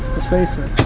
the spacer